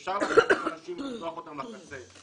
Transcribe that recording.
לא שולחים אותם ככה לקצה,